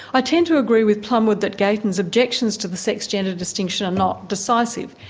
i tend to agree with plumwood that gatens' objections to the sex gender distinction are not decisive,